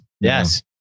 yes